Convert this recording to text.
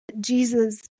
Jesus